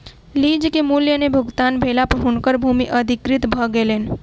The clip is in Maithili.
लीज के मूल्य नै भुगतान भेला पर हुनकर भूमि अधिकृत भ गेलैन